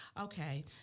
Okay